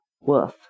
Woof